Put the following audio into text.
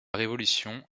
révolution